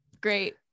Great